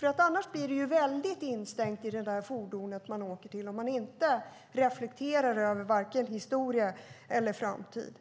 Om man inte reflekterar över vare sig historia eller framtid